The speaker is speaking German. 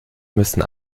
müssen